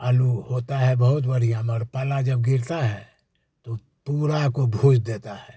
आलू होता है बहुत बढ़िया मगर पहला जब गिरता है तो पूरा को देता है